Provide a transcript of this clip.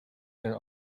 their